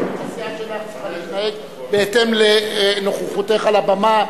הסיעה שלך צריכה להתנהג בהתאם לנוכחותך על הבמה,